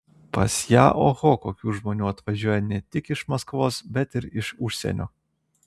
pas ją oho kokių žmonių atvažiuoja ne tik iš maskvos bet ir iš užsienio